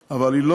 היא מסתפקת בזה,